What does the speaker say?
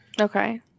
okay